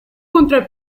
contra